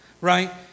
right